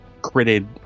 critted